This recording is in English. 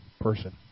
person